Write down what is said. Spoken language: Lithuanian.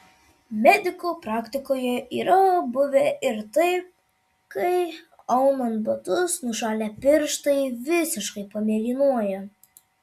mediko praktikoje yra buvę ir taip kai aunant batus nušalę pirštai visiškai pamėlynuoja